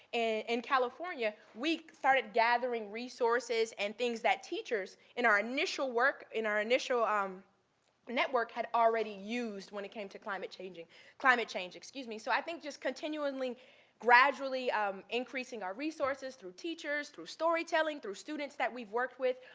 in california, we started gathering resources and things that teachers in our initial work, in our initial um network had already used when it came to climate changing climate change, excuse me. so, i think that just continually gradually um increasing our resources, through teachers, through storytelling, through students that we've worked with,